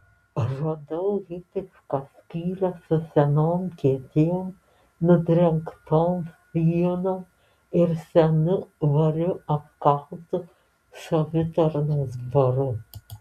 radau hipišką skylę su senom kėdėm nudrengtom sienom ir senu variu apkaltu savitarnos baru